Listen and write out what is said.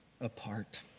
apart